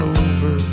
over